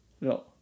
No